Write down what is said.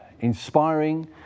inspiring